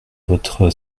votre